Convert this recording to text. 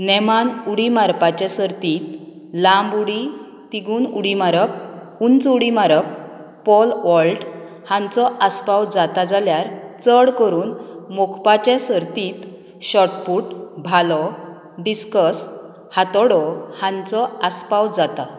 नेमान उडी मारपाचे सर्तींत लांब उडी तिगून उडी मारप उंच उडी मारप पॉल वॉल्ट हांचो आस्पाव जाता जाल्यार चड करून मोखपाचे सर्तींत शॉटपूट भालो डिस्कस हातोडो हांचो आस्पाव जाता